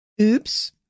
Oops